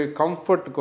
comfort